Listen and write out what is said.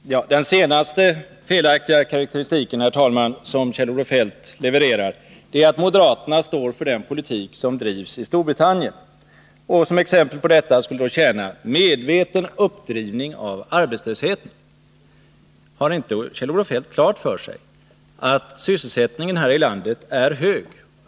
Herr talman! Den senaste felaktiga karakteristik som Kjell-Olof Feldt levererar är att moderaterna står för den politik som drivs i Storbritannien. Som exempel på detta skulle då tjäna en ”medveten uppdrivning av arbetslösheten”. Har inte Kjell-Olof Feldt klart för sig att sysselsättningen här i landet är hög?